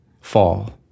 fall